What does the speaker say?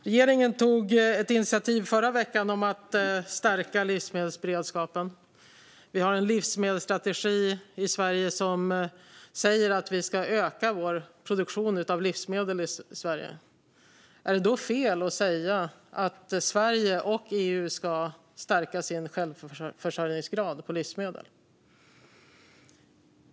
Regeringen tog i förra veckan ett initiativ för att stärka livsmedelsberedskapen. Vi har en livsmedelsstrategi som säger att vi ska öka vår produktion av livsmedel i Sverige. Är det då fel att säga att Sverige och EU ska stärka sin självförsörjningsgrad när det gäller livsmedel?